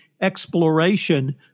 exploration